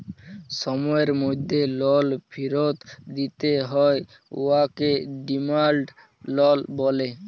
সময়ের মধ্যে লল ফিরত দিতে হ্যয় উয়াকে ডিমাল্ড লল ব্যলে